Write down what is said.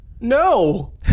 No